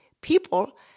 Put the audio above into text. people